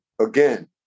again